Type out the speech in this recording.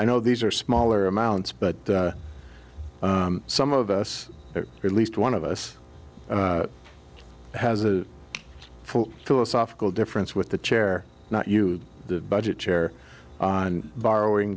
i know these are smaller amounts but some of us at least one of us has a full philosophical difference with the chair not you the budget chair and borrowing